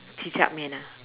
cicak man ah